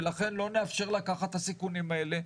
ולכן לא נאפשר לקחת את הסיכונים האלה.